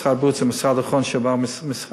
משרד הבריאות זה המשרד האחרון שעבר משרד,